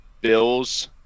Bills